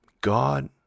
God